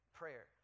prayer